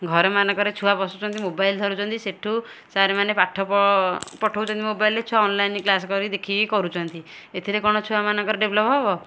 ଘରମାନକରେ ଛୁଆ ବସୁଛନ୍ତି ମୋବାଇଲ୍ ଧରୁଛନ୍ତି ସେଠୁ ସର୍ମାନେ ପାଠ ପଠଉଚନ୍ତି ମୋବାଇଲ୍ରେ ଛୁଆ ଅନ୍ଲାଇନ୍ରେ କ୍ଲାସ୍ କରି ଦେଖିକି କରୁଛନ୍ତି ଏଥିରେ କଣ ଛୁଆମାନଙ୍କର ଡେଭ୍ଲପ୍ ହେବ